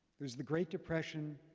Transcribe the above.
there's the great depression.